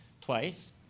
twice